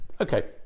Okay